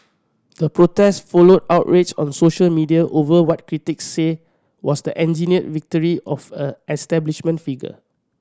the protest followed outrage on social media over what critics say was the engineered victory of a establishment figure